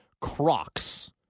crocs